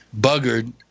buggered